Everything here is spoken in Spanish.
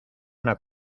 una